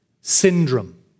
syndrome